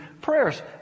prayers